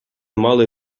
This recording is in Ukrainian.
мали